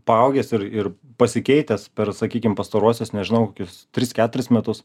paaugęs ir ir pasikeitęs per sakykim pastaruosius nežinau kokius tris keturis metus